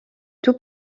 tout